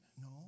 No